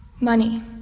Money